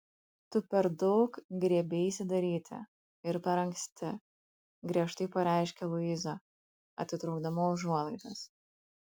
tu per daug griebeisi daryti ir per anksti griežtai pareiškė luiza atitraukdama užuolaidas